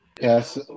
Yes